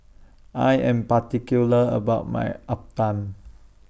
I Am particular about My Uthapam